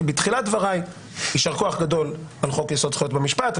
בתחילת דבריי יישר-כוח גדול על חוק יסוד: זכויות במשפט.